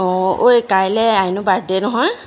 অঁ ঐ কাইলৈ আইনুৰ বাৰ্থডে নহয়